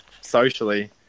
socially